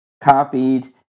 copied